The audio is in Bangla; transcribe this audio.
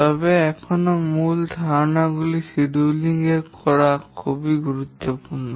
তবে এখনও মূল ধারণাগুলির সিডিউল করা খুব গুরুত্বপূর্ণ